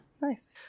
nice